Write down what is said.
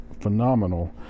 phenomenal